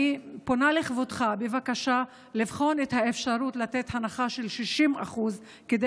אני פונה לכבודך בבקשה לבחון את האפשרות לתת הנחה של 60% כדי